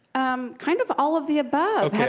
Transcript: um kind of all of the above.